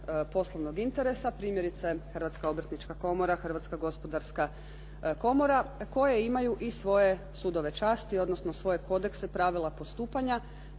poslovnog interesa. Primjerice Hrvatska obrtnička komora, Hrvatska gospodarska komora koje imaju i svoje sudove časti, odnosno svoje kodekse, pravila postupanja.